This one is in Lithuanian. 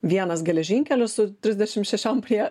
vienas geležinkelis su trisdešim šešiom prie